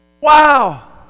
wow